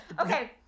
Okay